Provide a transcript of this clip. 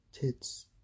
tits